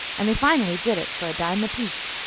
and they finally did it for a dime apiece.